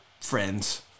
friends